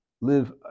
live